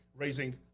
Raising